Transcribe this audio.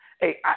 Hey